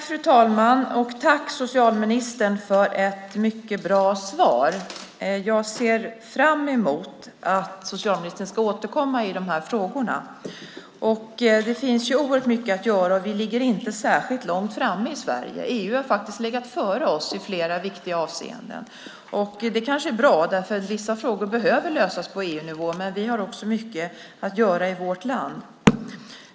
Fru talman! Tack, socialministern, för ett mycket bra svar. Jag ser fram emot att socialministern ska återkomma i dessa frågor. Det finns oerhört mycket att göra, och vi ligger inte särskilt långt framme i Sverige. EU har faktiskt legat före oss i flera viktiga avseenden. Det kanske är bra, för vissa frågor behöver lösas på EU-nivå, men vi har också mycket att göra i vårt land.